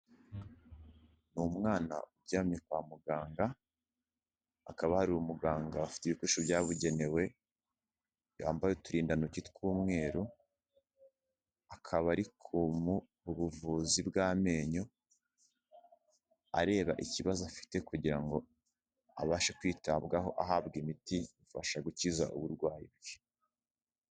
Ni umwana uryamye kwa muganga, hakaba hari umuganga ufite ibikoresho byabugenewe, yambaye uturindantoki tw'umweru, akaba ari kumuha ubuvuzi bw'amenyo, areba ikibazo afite kugira ngo abashe kwitabwaho ahabwa imiti imufasha gukiza uburwayi bwe.